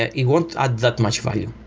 it won't add that much value.